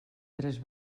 tres